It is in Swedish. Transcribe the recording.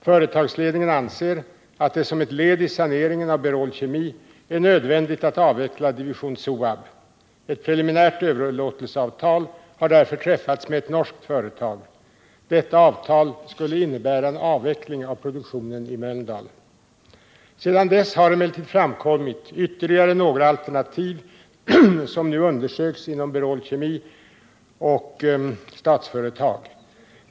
Företagsledningen anser att det som ett led i saneringen av Berol Kemi är nödvändigt att avveckla division SOAB. Ett preliminärt överlåtelseavtal har därför träffats med ett norskt företag. Detta avtal skulle innebära en avveckling av produktionen i Mölndal. Sedan dess har emellertid framkommit ytterligare några alternativ som nu undersöks inom Berol Kemi och Statsföretag.